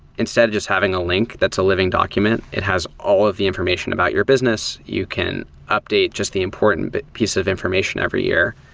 instead of just having a link that's a living document. it has all of the information about your business. you can update just the important piece of information every year.